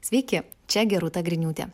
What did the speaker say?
sveiki čia gerūta griniūtė